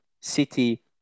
City